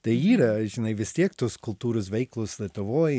tai yra žinai vis tiek tos kultūros veiklos lietuvoj